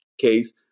case